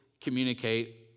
communicate